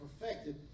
perfected